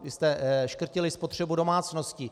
Vy jste škrtili spotřebu domácností.